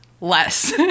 less